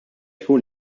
jkun